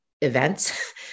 events